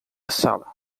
sala